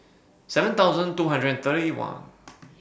seven thousand two hundred and thirty one